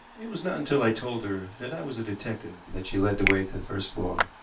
it was not until i told her that i was a detective that she led the way to the first floor,